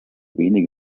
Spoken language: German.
wenige